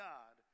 God